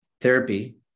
Therapy